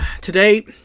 Today